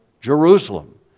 Jerusalem